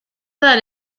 that